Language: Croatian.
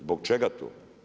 Zbog čega to?